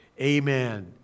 Amen